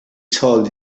told